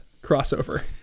crossover